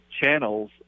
channels